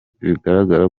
bigaragara